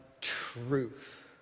truth